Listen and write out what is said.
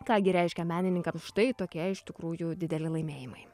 ką gi reiškia menininkams štai tokie iš tikrųjų dideli laimėjimai